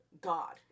God